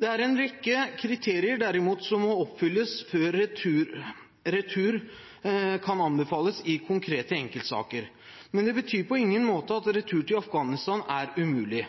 Det er derimot en rekke kriterier som må oppfylles før retur kan anbefales i konkrete enkeltsaker, men det betyr på ingen måte at retur til Afghanistan er umulig.